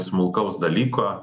pakankamai smulkaus dalyko